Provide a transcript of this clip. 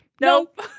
Nope